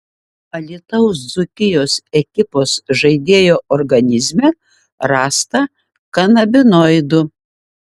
alytaus dzūkijos ekipos žaidėjo organizme rasta kanabinoidų